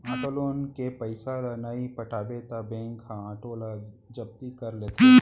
auto loan के पइसा ल नइ पटाबे त बेंक ह आटो ल जब्ती कर लेथे